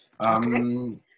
Okay